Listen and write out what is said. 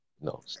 No